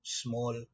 small